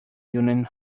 union